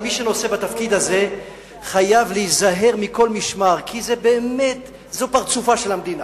אלא מי שנושא בתפקיד הזה חייב להיזהר מכל משמר כי זה פרצופה של המדינה.